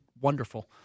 wonderful